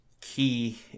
Key